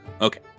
Okay